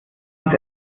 uns